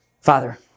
Father